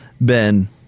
Ben